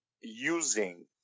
using